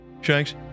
Shanks